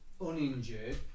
uninjured